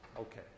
Okay